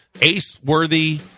ace-worthy